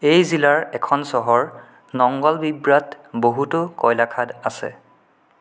এই জিলাৰ এখন চহৰ নংগলবিব্ৰাত বহুতো কয়লা খাদ আছে